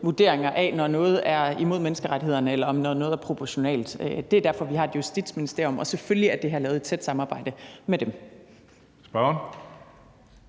vurderinger af, om noget strider imod menneskerettighederne, eller om noget er proportionalt. Det er derfor, at vi har et Justitsministerium, og selvfølgelig er det her lavet i tæt samarbejde med dem.